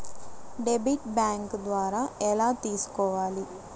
Debit bank ద్వారా ఎలా తీసుకోవాలి?